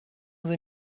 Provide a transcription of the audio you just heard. sie